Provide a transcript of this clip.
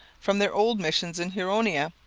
from their old missions in huronia,